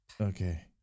Okay